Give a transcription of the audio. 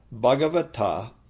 Bhagavata